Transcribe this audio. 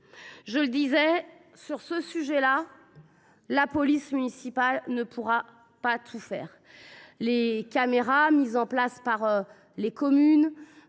y remédier. Dans ce domaine, la police municipale ne pourra pas tout faire. Les caméras mises en place par les communes